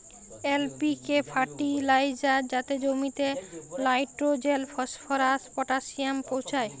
LPK fertiliser যাতে জমিতে nitrogen, phosphorus, potassium পৌঁছায়